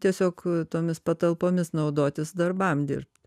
tiesiog tomis patalpomis naudotis darbam dirbt